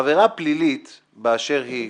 עבירה פלילית באשר היא,